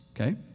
Okay